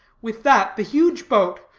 with that, the huge boat,